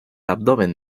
abdomen